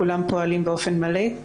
כולם פועלים באופן מלא.